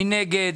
מי נגד?